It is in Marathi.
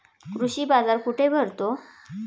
कृषी बाजार कुठे भरतो?